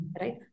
right